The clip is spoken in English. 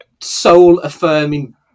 soul-affirming